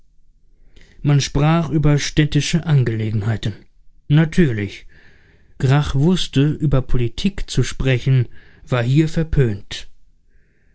man sprach über städtische angelegenheiten natürlich grach wußte über politik zu sprechen war hier verpönt